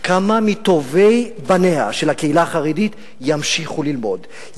כמה מטובי בניה של הקהילה החרדית ימשיכו ללמוד,